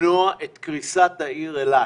למנוע את קריסת העיר אילת.